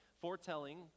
Foretelling